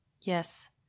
Yes